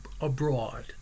abroad